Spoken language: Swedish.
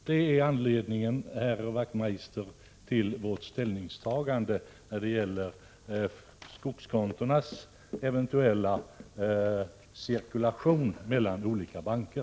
Det är anledningen, herr Wachtmeister, till vårt ställningstagande när det gäller skogskontonas eventuella cirkulation mellan olika banker.